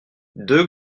deux